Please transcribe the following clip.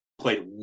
played